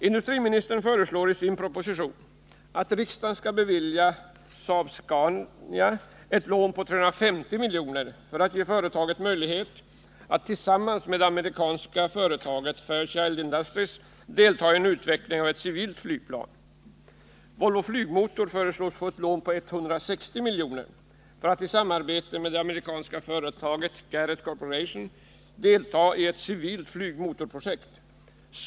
Industriministern föreslår i sin proposition att riksdagen skall bevilja Saab-Scania ett lån på 350 milj.kr. för att ge företaget möjlighet att tillsammans med det amerikanska företaget Fairchild Industries Inc. delta i utvecklingen av ett civilt flygplan. Volvo Flygmotor föreslås få ett lån på 160 milj.kr. för att i samarbete med det amerikanska företaget Garret Corporation delta i ett civilt flygmotorprojekt.